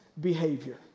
behavior